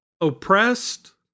oppressed